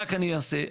רק אני אעשה.